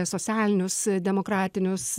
socialinius demokratinius